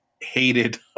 hated